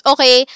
Okay